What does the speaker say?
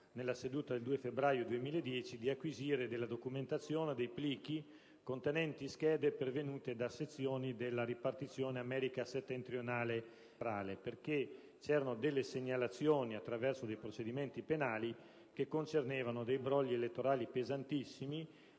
nella seduta del 2 febbraio 2010, di acquisire della documentazione e dei plichi contenenti schede pervenute da sezioni della ripartizione America settentrionale e centrale, perché vi erano delle segnalazioni, pervenute attraverso dei procedimenti penali, che concernevano dei brogli elettorali pesantissimi